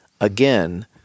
again